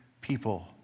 people